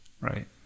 Right